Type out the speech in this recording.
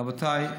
רבותיי,